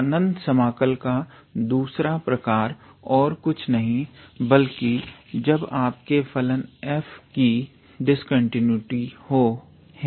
अनंत समाकल का दूसरा प्रकार और कुछ नहीं बल्कि जब आपके फलन f की डिस्कंटीन्यूटी हो है